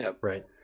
Right